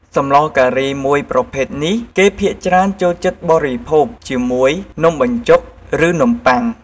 សម្លការីមួយប្រភេទនេះគេភាគច្រើនចូលចិត្តបិភោគជាមួយ នំបញ្ចុកឬនំប៉័ង។